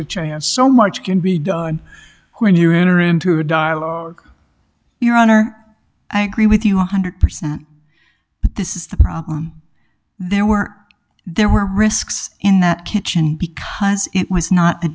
chance so much can be done when you enter into a dialogue your honor i agree with you one hundred percent but this is the problem there were there were risks in that kitchen because it was not a